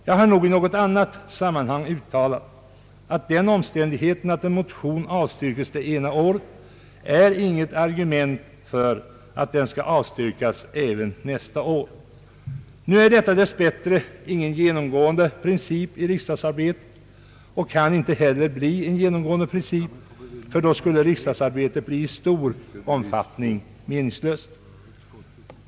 Jag har nog i något sammanhang uttalat att den omständigheten att en motion avstyrkes det ena året inte är något argument för att den skall avstyrkas även nästa år. Nu är detta dess bättre ingen genomgående princip i riksdagsarbetet och kan inte heller bli en genomgående princip, för då skulle riksdagsarbetet i stor utsträckning bli meningslöst.